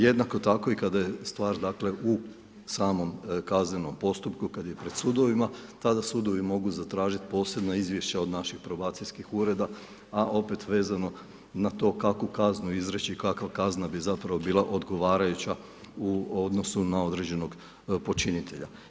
Jednako tako i kad je stvar dakle u samom kaznenom postupku, kad je pred sudovima tada sudovi mogu zatražiti posebna izvješća od naših probacijskih ureda, a opet vezano na to kakvu kaznu izreći, kakva kazna bi zapravo bila odgovarajuća u odnosu na određenog počinitelja.